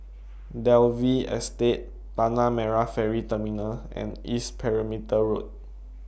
Dalvey Estate Tanah Merah Ferry Terminal and East Perimeter Road